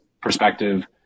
perspective